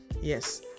Yes